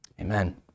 Amen